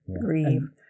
grieve